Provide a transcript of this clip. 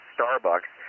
Starbucks